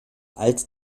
alt